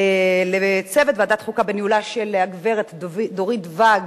לצוות ועדת חוקה בניהולה של הגברת דורית ואג,